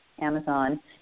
Amazon